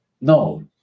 No